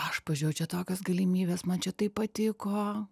aš pažiūrėjau čia tokios galimybės man čia taip patiko